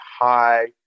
high